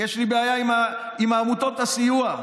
יש לי בעיה עם עמותות הסיוע.